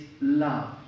love